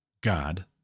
God